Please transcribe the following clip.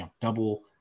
double